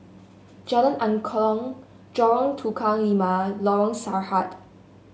Jalan Angklong Lorong Tukang Lima Lorong Sarhad